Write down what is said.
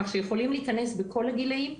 כך שיכולים להיכנס בכל הגילאים.